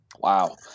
Wow